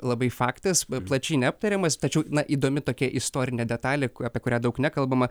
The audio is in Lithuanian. labai faktas plačiai neaptariamas tačiau na įdomi tokia istorinė detalė apie kurią daug nekalbama